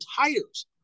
tires